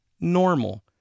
normal